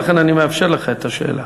ולכן אני מאפשר לך את השאלה.